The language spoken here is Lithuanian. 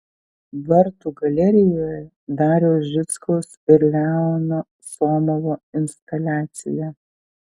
vartų galerijoje dariaus žickaus ir leono somovo instaliacija